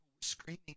screaming